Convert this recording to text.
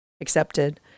accepted